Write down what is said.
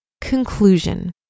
Conclusion